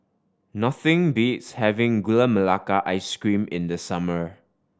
nothing beats having Gula Melaka Ice Cream in the summer